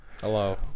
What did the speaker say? Hello